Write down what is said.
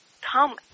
come